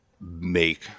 make